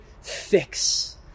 fix